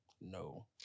no